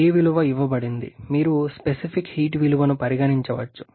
k విలువ ఇవ్వబడింది మీరు స్పెసిఫిక్ హీట్ విలువను కూడా పరిగణించవచ్చు